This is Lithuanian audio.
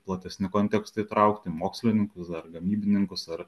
platesnį kontekstą įtraukti mokslininkus dar gamybininkus ar